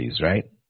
Right